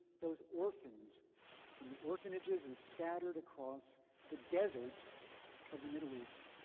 those orphans in the orphanages and scattered across the deserts of the middle east.